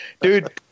Dude